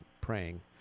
praying